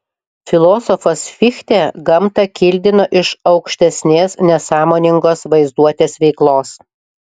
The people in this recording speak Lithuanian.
filosofas fichtė gamtą kildino iš aukštesnės nesąmoningos vaizduotės veiklos